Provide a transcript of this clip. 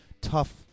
tough